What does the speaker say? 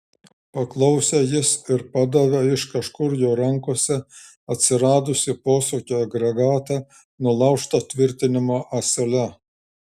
paklausė jis ir padavė iš kažkur jo rankose atsiradusį posūkio agregatą nulaužta tvirtinimo ąsele